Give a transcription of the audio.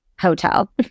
hotel